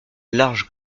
large